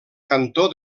cantó